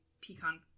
pecan